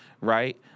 Right